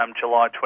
July